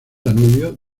danubio